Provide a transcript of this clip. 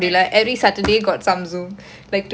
ya lah maintaining social life a bit difficult